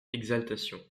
exaltation